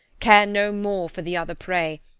care no more for the other prey,